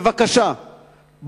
בבקשה,